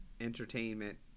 entertainment